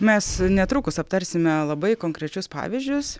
mes netrukus aptarsime labai konkrečius pavyzdžius